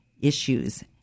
issues